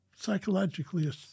psychologically